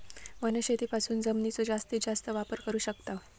वनशेतीपासून जमिनीचो जास्तीस जास्त वापर करू शकताव